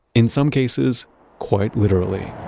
in some cases quite literally